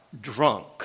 drunk